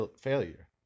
failure